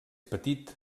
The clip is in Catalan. petit